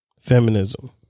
Feminism